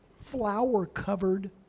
flower-covered